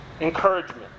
encouragement